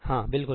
हाँ बिल्कुल